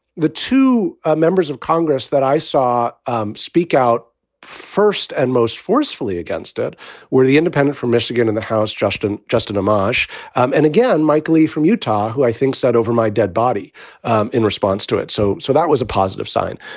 the two ah members of congress that i saw um speak out first and most forcefully against it were the independent from michigan in the house. justin, justin amash and again, mike lee from utah, who i think said over my dead body um in response to it. so so that was a positive sign.